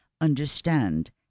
Understand